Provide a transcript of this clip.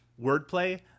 wordplay